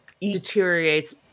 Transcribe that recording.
deteriorates